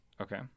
Okay